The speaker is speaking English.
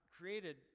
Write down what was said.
created